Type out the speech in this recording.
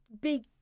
big